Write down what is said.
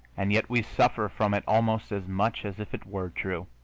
and yet we suffer from it almost as much as if it were true.